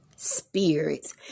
spirits